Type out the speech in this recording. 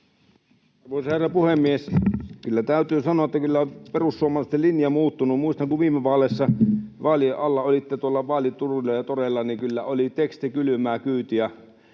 Arvoisa herra puhemies! Kyllä täytyy sanoa, että perussuomalaisten linja on muuttunut. Muistan, että kun viime vaaleissa vaalien alla olitte tuolla vaalituruilla ja ‑toreilla, niin kyllä oli teksti kylmää kyytiä.